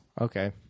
Okay